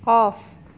off